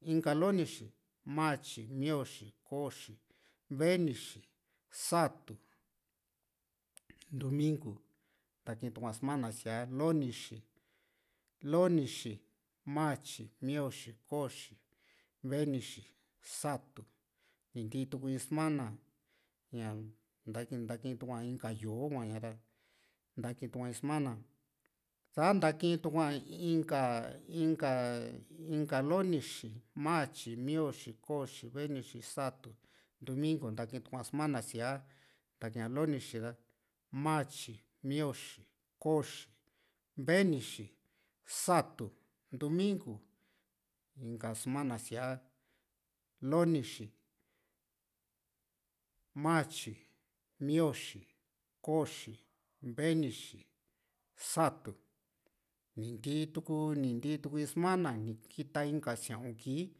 inka lonixi matyi mioxi koxi venixi satu numingu ntaki tua sumana siaa lonixi, matyi, mioxi, koxi, venixi, satu ni ntii tu in sumana ña ni natkii tuá inka yó´o kua´ña ra ntakitua in sumana sa ntakitua inka inka inka lonixi matyi mioxi koxi venixi, satu numingu ntaki tua sumana siaa nati´kiña lonixi ra matyi mioxi koxi venixi satu ndumingu inka sumana siaa lonixi matyi mioxi koxi venixi satu ni ntii tu´ku ni nti tu´ku ni kita inka sia´un kii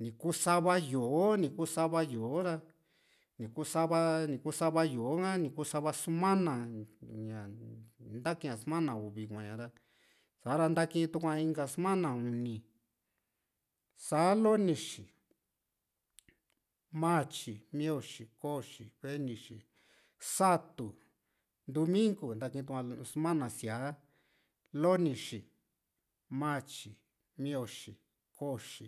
ni kusava yó´o ni kusava yó´o ra ni kusava nikusava yó´oa ha ni ku sava sumana ña ntakia sumana uvi kuaña ra sa´ra ntakitua sumana uni sa lonixi, matyi, mioxi, koxi, venixi, satu ndumingu natikitua sumana siaa lonixi matyi mioxi koxi